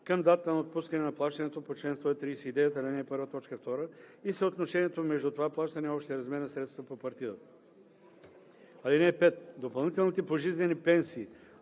към датата на отпускане на плащането по чл. 139, ал. 1, т. 2, и съотношението между това плащане и общия размер на средствата по партидата. (5) Допълнителните пожизнени пенсии